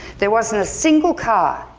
there wasn't a single car.